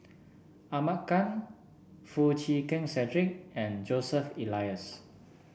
Ahmad Khan Foo Chee Keng Cedric and Joseph Elias